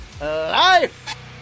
life